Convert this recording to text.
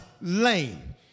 lame